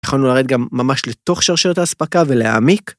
יכולנו לרדת גם ממש לתוך שרשרת האספקה ולהעמיק.